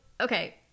okay